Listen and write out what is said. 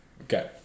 Okay